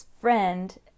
friend